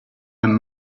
own